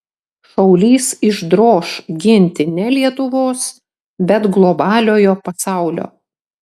šaulys išdroš ginti ne lietuvos bet globaliojo pasaulio